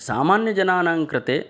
सामान्यजनानां कृते